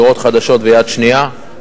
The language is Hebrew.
דירות חדשות ויד שנייה.